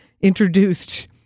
introduced